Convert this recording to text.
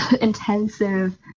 intensive